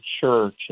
church